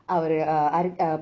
அவரு:avaru uh அருகப்:~arugap~